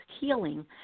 healing